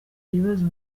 ibibazo